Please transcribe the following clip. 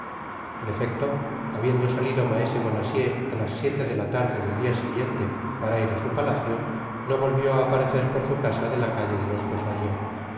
en efecto habiendo salido maese bonacieux á las siete de la tarde del dia siguiente para ir á su palacio no volvió á aparecer por su casa de la calle de los